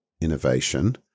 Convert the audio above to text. innovation